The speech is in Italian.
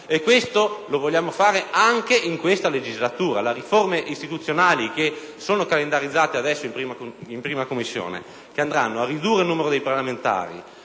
Parlamento e vogliamo farlo anche in questa legislatura. Le riforme istituzionali calendarizzate in 1a Commissione, che andranno a ridurre il numero dei parlamentari,